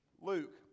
Luke